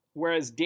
whereas